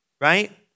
right